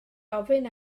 ofyn